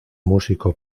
músico